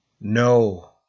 no